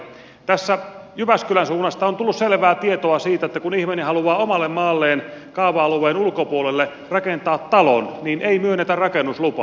tässä jyväskylän suunnasta on tullut selvää tietoa siitä että kun ihminen haluaa omalle maalleen kaava alueen ulkopuolelle rakentaa talon niin ei myönnetä rakennuslupaa